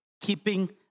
keeping